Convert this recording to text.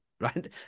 right